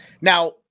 Now